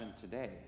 today